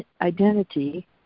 identity